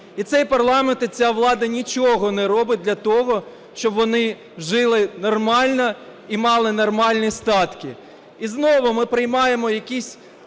І цей парламент, і ця влада нічого не роблять для того, щоб вони жили нормально і мали нормальні статки. І знову ми приймаємо якісь